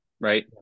right